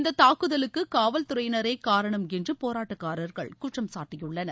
இந்த தாக்குதலுக்கு காவல்துறையினரே காரணம் என்று போராட்டக்காரர்கள் குற்றம்சாட்டியுள்ளனர்